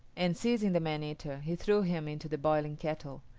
and seizing the man-eater, he threw him into the boiling kettle,